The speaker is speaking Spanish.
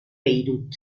beirut